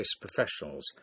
professionals